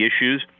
issues